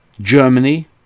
Germany